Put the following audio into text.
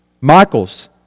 Michael's